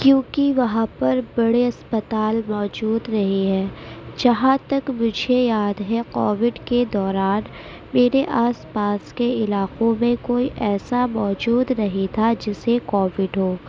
کیونکہ وہاں پر بڑے اسپتال موجود نہیں ہیں جہاں تک مجھے یاد ہے کووڈ کے دوران میرے آس پاس کے علاقوں میں کوئی ایسا موجود نہیں تھا جسے کووڈ ہو